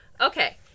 Okay